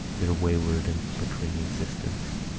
their wayward and flickering existence.